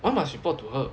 why must report to her